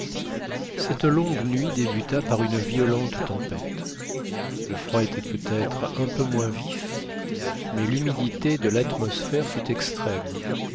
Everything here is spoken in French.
cette longue nuit débuta par une violente tempête le froid était peut-être un peu moins vif mais l'humidité de l'atmosphère fut extrême